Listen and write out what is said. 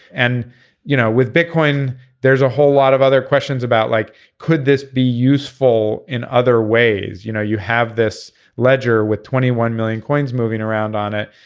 and you know with bitcoin there's a whole lot of other questions about like could this be useful in other ways. you know you have this ledger with twenty one one million coins moving around on it.